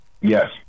Yes